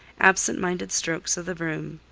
absent-minded strokes of the broom.